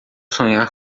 sonhar